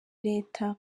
leta